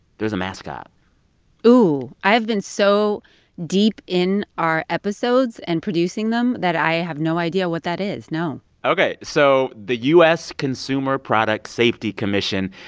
there's a mascot ooh, i have been so deep in our episodes and producing them that i have no idea what that is, no ok. so the u s. consumer product safety commission,